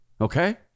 Okay